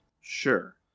Sure